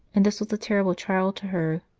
and this was a terrible trial to her.